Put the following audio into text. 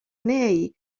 nei